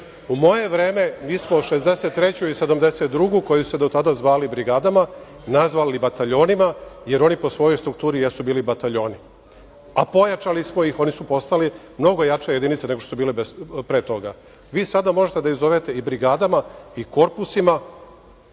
moje vreme mi smo 63. i 72. koje su se do tada zvale brigadama nazvali bataljonima, jer oni po svojoj strukturi jesu bili bataljoni, a pojačali smo ih. Oni su postali mnogo jača jedinica nego što su bile pre toga. Vi sada možete da ih zovete i brigadama i korpusima,